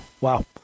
wow